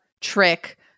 trick